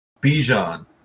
Bijan